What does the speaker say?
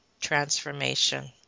transformation